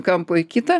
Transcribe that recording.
kampo į kitą